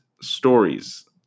stories